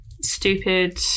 stupid